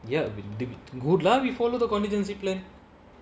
ya tha~ that good lah we follow the contingency plan